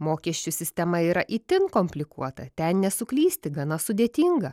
mokesčių sistema yra itin komplikuota ten nesuklysti gana sudėtinga